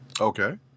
Okay